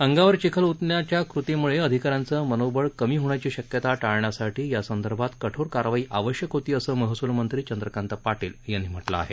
अंगावर चिखल ओतण्याच्या कृतीमुळे अधिकाऱ्यांचं मनोबळ कमी होण्याची शक्यता टाळण्यासाठी यासंदर्भात कठोर कारवाई आवश्यक होती असं महसूल मंत्री चंद्रकांत पाटील यांनी म्हटलं आहे